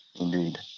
indeed